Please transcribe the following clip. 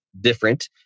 different